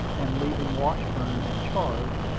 and leaving washburn in charge,